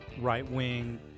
right-wing